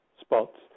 spots